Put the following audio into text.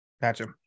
Gotcha